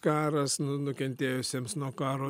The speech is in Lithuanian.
karas nu nukentėjusiems nuo karo